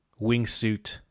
wingsuit